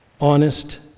honest